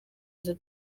aza